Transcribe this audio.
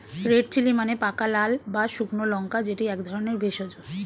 red chilli মানে পাকা লাল বা শুকনো লঙ্কা যেটি এক ধরণের ভেষজ